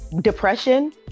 depression